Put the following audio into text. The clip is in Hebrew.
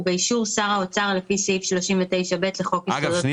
ובאישור שר האוצר לפי סעיף 39ב לחוק יסודות התקציב,